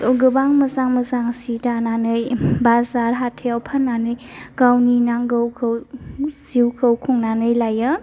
गोबां मोजां मोजां सि दानानै बाजार हाथाइयाव फाननानै गावनि नांगौखौ जिउखौ खुंनानै लायो